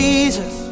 Jesus